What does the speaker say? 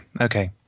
Okay